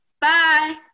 Bye